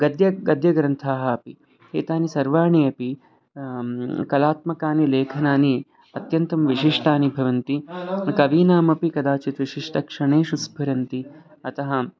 गद्य गद्यग्रन्थाः अपि एतानि सर्वाणि अपि कलात्मकानि लेखनानि अत्यन्तं विशिष्टानि भवन्ति कवीनामपि कदाचित् विशिष्टक्षणेषु स्फुरन्ति अतः